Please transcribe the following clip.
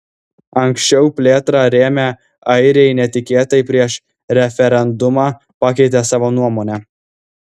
anksčiau plėtrą rėmę airiai netikėtai prieš referendumą pakeitė savo nuomonę